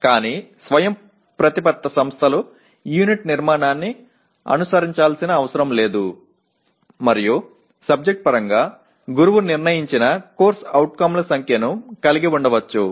కానీ స్వయంప్రతిపత్త సంస్థలు యూనిట్ నిర్మాణాన్ని అనుసరించాల్సిన అవసరం లేదు మరియు సబ్జెక్ట్ పరంగా గురువు నిర్ణయించిన CO ల సంఖ్యను కలిగి ఉండవచ్చు